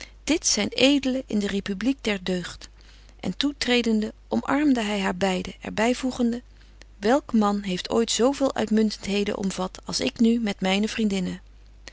dit zyn edelen in de republiek der deugd en toetredende omarmde hy haar beide er byvoegende welk man heeft ooit zo veel uitmuntentheden omvat als ik nu met myne vriendinnen